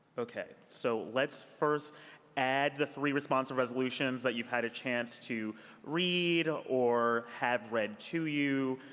okay. so let's first add the three responsive resolutions that you've had a chance to read or have read to you.